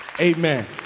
amen